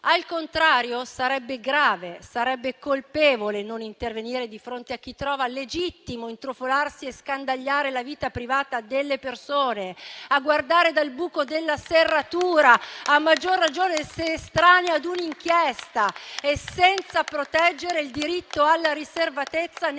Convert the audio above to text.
Al contrario, sarebbe grave e colpevole non intervenire di fronte a chi trova legittimo intrufolarsi e scandagliare la vita privata delle persone, guardare dal buco della serratura, a maggior ragione se estraneo a un'inchiesta e senza proteggere il diritto alla riservatezza nei